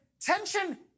tension